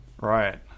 Right